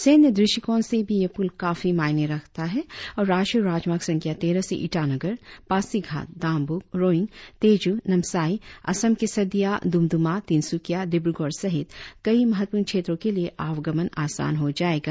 सैन्य दृष्टिकोण से भी यह प्रल काफी मायने रखता है और राष्ट्रीय राजमार्ग संख्या तेरह से ईटानगर पासीघाट दामबूक रोइंग तेजू नामसाई असम के सदिया दुमदुमा तीनसुकिया डिब्रगढ़ सहित कई महत्वपूर्ण क्षेत्रों के लिए आवागमन आसान हो जाएगा